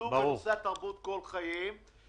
שעמלו בנושא התרבות כל חייהם.